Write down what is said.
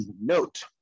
Note